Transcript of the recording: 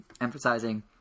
emphasizing